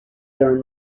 during